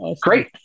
great